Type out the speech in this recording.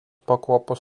pakopos